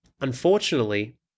unfortunately